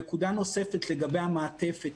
‏נקודה נוספת לגבי המעטפת,